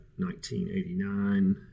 1989